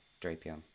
Drapion